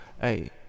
Hey